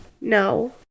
No